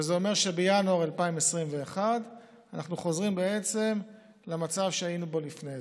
וזה אומר שבינואר 2021 אנחנו חוזרים בעצם למצב שהיינו בו לפני זה,